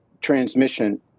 transmission